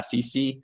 SEC